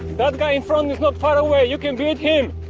that guy in front is not far away, you can beat him!